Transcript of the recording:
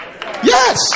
Yes